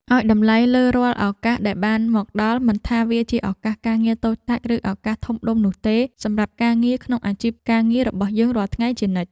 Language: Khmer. ឱ្យតម្លៃលើរាល់ឱកាសដែលបានមកដល់មិនថាវាជាឱកាសការងារតូចតាចឬឱកាសធំដុំនោះទេសម្រាប់ការងារក្នុងអាជីពការងាររបស់យើងរាល់ថ្ងៃជានិច្ច។